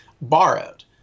borrowed